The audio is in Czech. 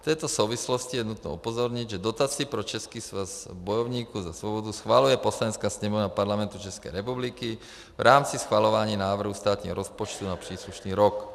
V této souvislosti je nutno upozornit, že dotaci pro Český svaz bojovníků za svobodu schvaluje Poslanecká sněmovna Parlamentu České republiky v rámci schvalování návrhu státního rozpočtu na příslušný rok.